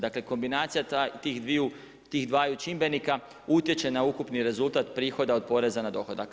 Dakle kombinacija tih dvaju čimbenika utječe na ukupni rezultat prihoda od poreza na dohodak.